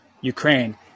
Ukraine